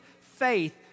faith